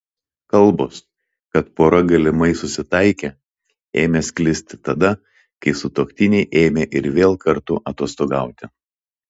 kalbos kad pora galimai susitaikė ėmė sklisti tada kai sutuoktiniai ėmė ir vėl kartu atostogauti